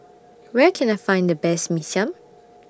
Where Can I Find The Best Mee Siam